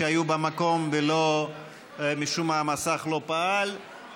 שהיו במקום ומשום מה המסך לא פעל,